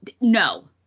no